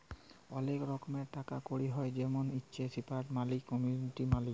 ওলেক রকমের টাকা কড়ি হ্য় জেমল হচ্যে ফিয়াট মালি, কমডিটি মালি